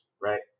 Right